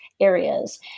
areas